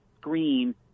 screen